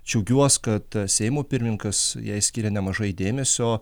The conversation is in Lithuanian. džiaugiuos kad seimo pirmininkas jai skiria nemažai dėmesio